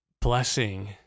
blessing